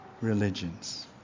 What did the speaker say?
religions